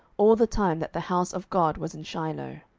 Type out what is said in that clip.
all the time that the house of god was in shiloh.